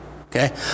Okay